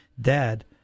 dad